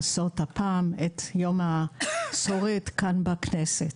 לעשות הפעם את יום השורד כאן בכנסת.